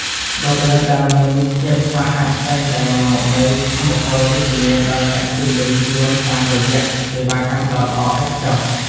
បុគ្គលិកដែលមានភាពស្វាហាប់តែងតែនាំមកនូវថាមពលវិជ្ជមានដល់អ្នកជុំវិញខ្លួនតាមរយៈសេវាកម្មដ៏ល្អឥតខ្ចោះ។